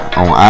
on